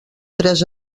tres